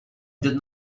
did